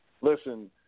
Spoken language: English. listen